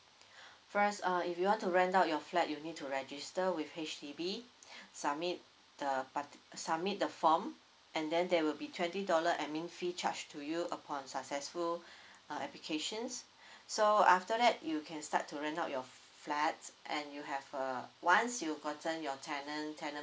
first uh if you want to rent out your flat you'll need to register with H_D_B submit the parti~ uh submit the form and then there will be twenty dollar admin fee charged to you upon successful uh applications so after that you can start to rent out your f~ flats and you have uh once you gotten your tenant tenant